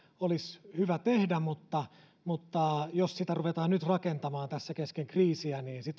olisi hyvä tehdä mutta mutta jos sitä ruvetaan rakentamaan nyt tässä kesken kriisiä